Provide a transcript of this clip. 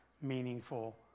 meaningful